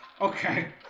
Okay